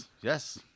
Yes